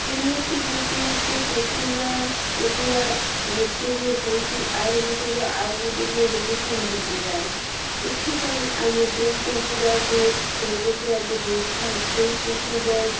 ଏମିତି ଗୁଟି ଗୁଟି କୁକୁଡ଼ା କୁକୁଡ଼ା ଗୁଟେକେ ହୋଇଛି ଆଉ ଗୁଟେକୁ ଆଉ ଗୁଟିକେ ଏମିତି ନହକି ଯାଏ ଏଥିପାଇଁ ଆମେ ଯେଉଁ କୁକୁଡ଼ାକୁ ରୋଗବ୍ୟାଧି ହୋଇଥାଏ ସେଇ କୁକୁଡ଼ା